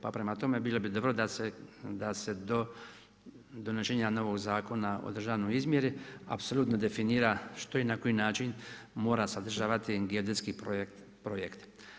Pa prema tome bilo bi dobro da se do donošenje novog Zakona o državnoj izmjeri apsolutno definira što i na koji način mora sadržavati geodetski projekt